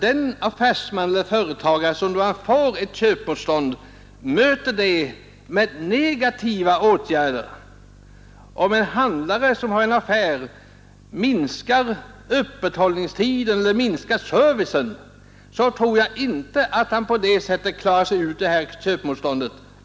En affärsman som får känna av ett köpmotstånd brukar inte ta till negativa åtgärder. En handlare försöker inte möta köpmotståndet med minskat öppethållande och sämre service i övrigt.